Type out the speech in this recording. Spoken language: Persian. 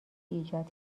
ایجاد